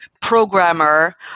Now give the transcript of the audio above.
Programmer